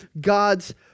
God's